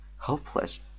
helpless